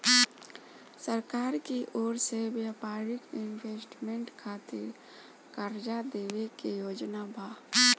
सरकार की ओर से व्यापारिक इन्वेस्टमेंट खातिर कार्जा देवे के योजना बा